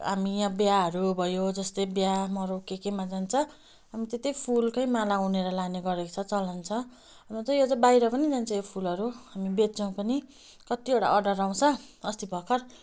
हामी यहाँ बिहाहरू भयो जस्तै बिहा मरौ के केमा जान्छ अन्त त्यही फुलकै माला उनेर लाने गरेको छ चलन छ हुनु चाहिँ यो चाहिँ बाहिर पनि जान्छ यो फुलहरू हामी बेच्छौँ पनि कतिवटा अर्डर आउँछ अस्ति भर्खर